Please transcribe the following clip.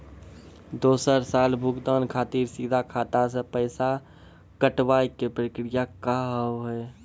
दोसर साल भुगतान खातिर सीधा खाता से पैसा कटवाए के प्रक्रिया का हाव हई?